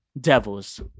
Devils